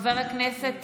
חבר הכנסת